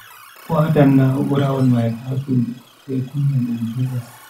Watan na'urawol mai ha sudu sai kunna dum vuwa.